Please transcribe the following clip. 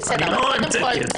אני לא המצאתי את זה,